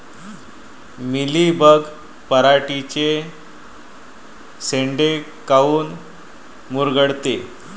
Mealybug पराटीचे चे शेंडे काऊन मुरगळते?